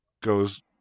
goes